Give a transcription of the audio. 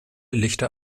lichter